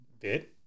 bit